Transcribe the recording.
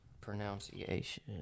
Pronunciation